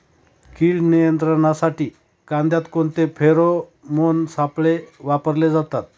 कीड नियंत्रणासाठी कांद्यात कोणते फेरोमोन सापळे वापरले जातात?